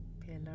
pillar